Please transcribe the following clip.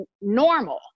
normal